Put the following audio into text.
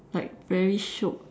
like very shiok